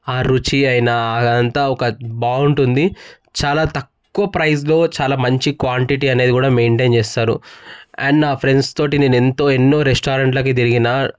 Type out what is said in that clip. ఆ రుచి అయినా అదంతా ఒక బాగుంటుంది చాలా తక్కువ ప్రైస్లో చాలా మంచి క్వాంటిటీ అనేది కూడా మెయింటైన్ చేస్తారు అండ్ నా ఫ్రెండ్స్ తోటి నేను ఎంతో ఎన్నో రెస్టారెంట్లకు తిరిగినాను